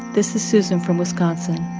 this is susan from wisconsin.